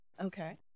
okay